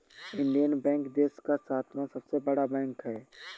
Indian bank देश का सातवां सबसे बड़ा बैंक है